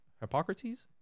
Hippocrates